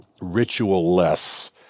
ritual-less